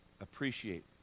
appreciate